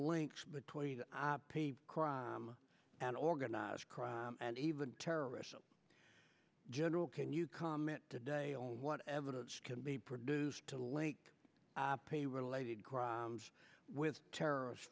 links between crime and organized crime and even terrorists in general can you comment today on what evidence can be produced to lake pay related crimes with terrorist